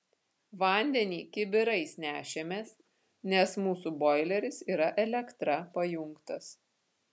vandenį kibirais nešėmės nes mūsų boileris yra elektra pajungtas